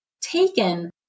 taken